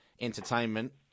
entertainment